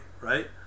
right